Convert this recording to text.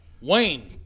Wayne